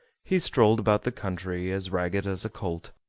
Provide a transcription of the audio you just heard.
he strolled about the country as ragged as a colt,